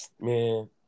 man